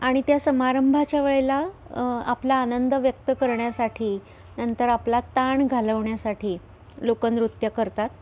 आणि त्या समारंभाच्या वेळेला आपला आनंद व्यक्त करण्यासाठी नंतर आपला ताण घालवण्यासाठी लोकं नृत्य करतात